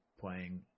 playing